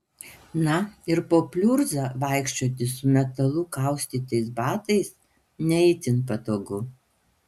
na ir po pliurzą vaikščioti su metalu kaustytais batais ne itin patogu